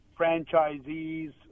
franchisees